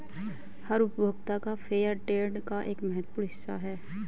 हर उपभोक्ता फेयरट्रेड का एक महत्वपूर्ण हिस्सा हैं